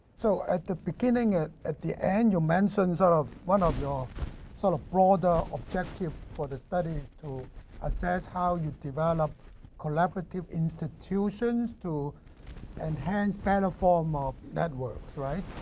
so at the beginning at at the end and you mentioned sort of one of your sort of broader objective for the study to assess how you develop collaborative institutions to enhance better form of networks, right.